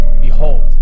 behold